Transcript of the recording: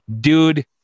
Dude